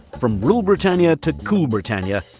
from rule britannia to cool britannia,